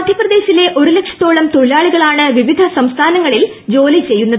മധ്യപ്രദേശിലെ ഒരു ലക്ഷത്തോളം തൊഴിലാളികളാണ് വിവിധ സംസ്ഥാനങ്ങളിൽ ജോലി ചെയ്യുന്നത്